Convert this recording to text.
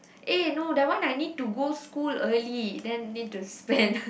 eh no that one I need to go school early then need to spend